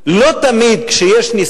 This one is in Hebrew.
כמעט מכל הסיעות: לא תמיד כשיש ניסיון,